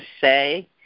say